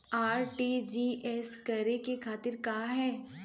RTGS करे के तरीका का हैं?